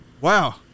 Wow